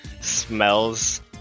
smells